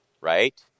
right